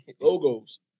logos